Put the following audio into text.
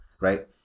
right